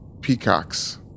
Peacocks